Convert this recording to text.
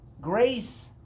grace